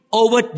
over